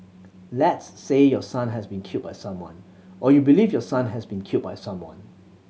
let's say your son has been killed by someone or you believe your son has been killed by someone